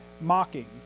mocking